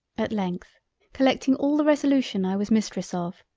at length collecting all the resolution i was mistress of,